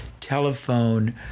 telephone